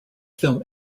film